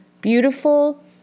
beautiful